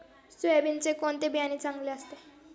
सोयाबीनचे कोणते बियाणे चांगले असते?